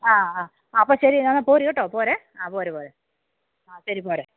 ആ ആ അപ്പോൾ ശരി എന്നാൽ പോര് കേട്ടോ പോര് ആ പോര് പോര് ആ ശരി പോര്